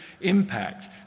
impact